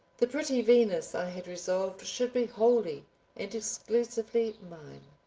the pretty venus i had resolved should be wholly and exclusively mine.